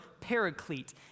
paraclete